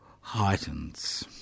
heightens